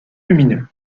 lumineux